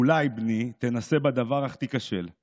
/ אולי, בני, תנסה בדבר אך תיכשל.